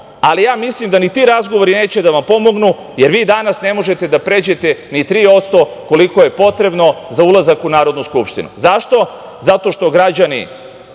ali mislim da ni ti razgovori neće da vam pomognu, jer vi danas ne možete da pređete ni 3% koliko je potrebno za ulazak u Narodnu skupštinu.Zašto? Zato što građani